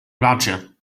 roger